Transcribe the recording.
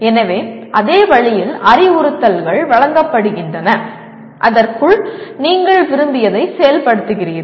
எனவே அதே வழியில் அறிவுறுத்தல்கள் வழங்கப்படுகின்றன அதற்குள் நீங்கள் விரும்பியதை செயல்படுத்துகிறீர்கள்